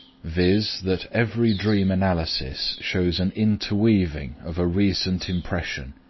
viz. that every dream analysis shows an interweaving of a recent impression,